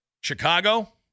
Chicago